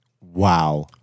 Wow